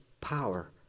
power